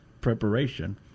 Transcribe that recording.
preparation